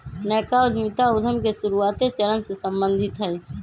नयका उद्यमिता उद्यम के शुरुआते चरण से सम्बंधित हइ